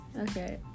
Okay